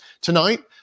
tonight